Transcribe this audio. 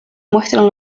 muestran